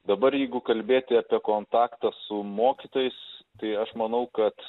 dabar jeigu kalbėti apie kontaktą su mokytojais tai aš manau kad